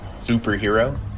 Superhero